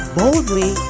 boldly